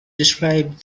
described